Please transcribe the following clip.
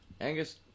Angus